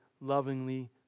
lovingly